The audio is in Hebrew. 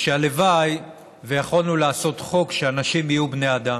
שהלוואי שיכולנו לעשות חוק שאנשים יהיו בני אדם.